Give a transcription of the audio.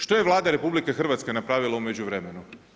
Što je Vlada RH napravila u međuvremenu?